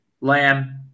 Lamb